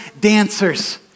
dancers